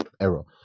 Error